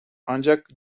ancak